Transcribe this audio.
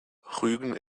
rügen